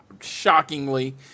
shockingly